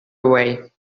away